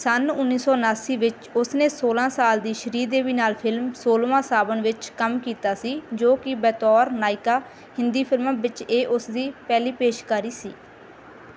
ਸੰਨ ਉੱਨੀ ਸੌ ਉਨਾਸੀ ਵਿੱਚ ਉਸ ਨੇ ਸੌਲ੍ਹਾਂ ਸਾਲ ਦੀ ਸ਼੍ਰੀਦੇਵੀ ਨਾਲ ਫਿਲਮ ਸੌਲਵਾਂ ਸਾਵਨ ਵਿੱਚ ਕੰਮ ਕੀਤਾ ਸੀ ਜੋ ਕਿ ਬਤੌਰ ਨਾਇਕਾ ਹਿੰਦੀ ਫਿਲਮਾਂ ਵਿਚ ਇਹ ਉਸ ਦੀ ਪਹਿਲੀ ਪੇਸ਼ਕਾਰੀ ਸੀ